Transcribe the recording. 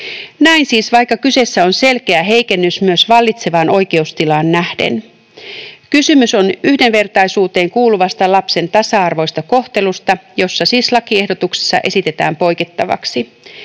Näin siis, vaikka kyseessä on selkeä heikennys myös vallitsevaan oikeustilaan nähden. Kysymys on yhdenvertaisuuteen kuuluvasta lapsen tasa-arvoisesta kohtelusta, josta siis lakiehdotuksessa esitetään poikettavaksi.